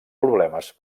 problemes